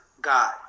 God